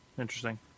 Interesting